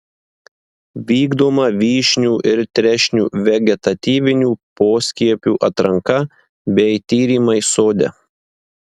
vykdoma vyšnių ir trešnių vegetatyvinių poskiepių atranka bei tyrimai sode